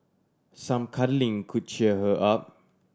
some cuddling could cheer her up